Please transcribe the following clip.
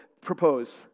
propose